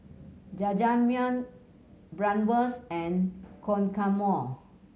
Jajangmyeon Bratwurst and Guacamole